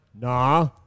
Nah